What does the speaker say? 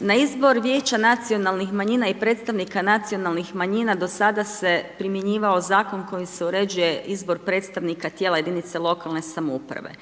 Na izbor vijeća nacionalnih manjina i predstavnika nacionalnih manjina do sada se primjenjivao zakon kojim se uređuje izbor predstavnika tijela jedinica lokalne samouprave.